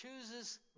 chooses